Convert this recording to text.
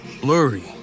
blurry